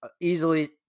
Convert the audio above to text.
easily